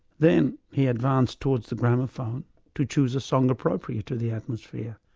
then he advanced towards the gramophone to choose a song appropriate to the atmosphere,